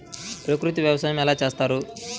ప్రకృతి వ్యవసాయం ఎలా చేస్తారు?